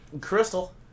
Crystal